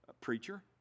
preacher